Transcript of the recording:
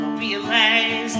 realize